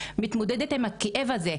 מתמודדת עם הכאב הזה.